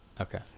Okay